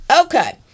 Okay